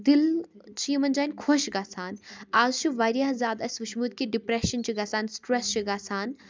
دِل چھُ یِمَن جایَن خۄش گژھان اَز چھُ واریاہ زیادٕ اَسہِ وُچھمُت کہِ ڈِپریشَن چھُ گَژھان سٹرٛٮ۪س چھِ گَژھان